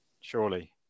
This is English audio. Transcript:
Surely